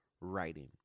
writing